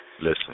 Listen